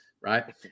right